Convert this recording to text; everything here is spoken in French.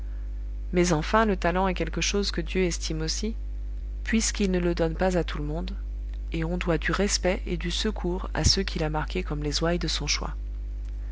mais enfin le talent est quelque chose que dieu estime aussi puisqu'il ne le donne pas à tout le monde et on doit du respect et du secours à ceux qu'il a marqués comme les ouailles de son choix